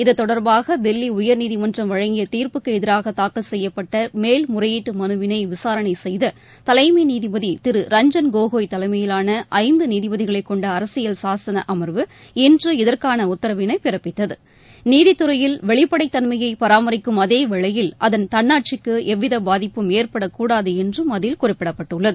இத்தொடர்பாக தில்லி உயர்நீதிமன்றம் வழங்கிய தீர்ப்புக்கு எதிராக தாக்கல் செய்யப்பட்ட மேல் முறையீட்டு மனுவினை விசாரணை செய்த தலைமை நீதிபதி திரு ரஞ்சன் கோகோய் தலைமையிலான ஐந்து நீதிபதிகளை கொண்ட அரசியல் சாசன அமர்வு இன்று இதற்கான உத்தரவினை பிறப்பித்தது நீதித்துறையில் வெளிப்படைத் தன்மையை பராமரிக்கும் அதேவேளையில் அதன் தன்னாட்சிக்கு எவ்வித பாதிப்பும் ஏற்படக்கூடாது என்றும் அதில் குறிப்பிடப்பட்டுள்ளது